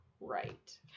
right